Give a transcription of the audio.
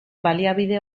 baliabide